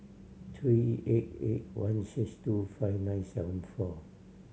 three eight eight one six two five nine seven four